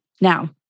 Now